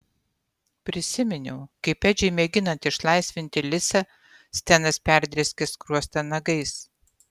prisiminiau kaip edžiui mėginant išlaisvinti lisą stenas perdrėskė skruostą nagais